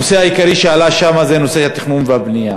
הנושא העיקרי שעלה שם הוא נושא התכנון והבנייה.